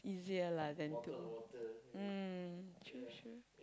it's easier lah than to mm true true